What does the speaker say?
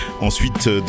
Ensuite